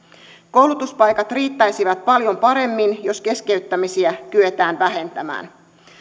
koulutuspaikat riittäisivät paljon paremmin jos keskeyttämisiä kyettäisiin vähentämään